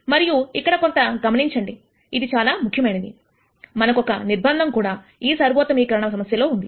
మరియు ఇక్కడ కొంత గమనించండి ఇది చాలా ముఖ్యమైనది మనకొక నిర్బంధం కూడా ఈ సర్వోత్తమీకరణ సమస్యలో ఉంది